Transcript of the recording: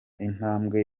intambwe